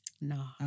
no